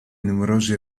numerosi